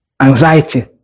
Anxiety